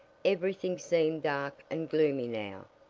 everything seemed dark and gloomy now.